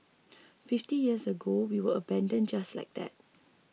fifty years ago we were abandoned just like that